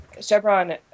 Chevron